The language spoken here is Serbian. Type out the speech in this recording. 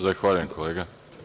Zahvaljujem kolega.